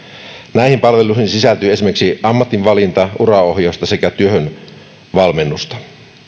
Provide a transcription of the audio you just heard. näihin palveluihin sisältyy esimerkiksi ammatinvalinta ja uraohjausta sekä työhön valmennusta